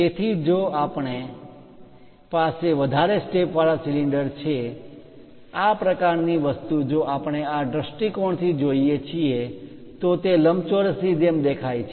તેથી જો આપણી પાસે વધારે સ્ટેપ વાળા સિલિન્ડર છે આ પ્રકારની વસ્તુ જો આપણે આ દૃષ્ટિકોણથી જોઈએ છીએ તો તે લંબચોરસ ની જેમ દેખાય છે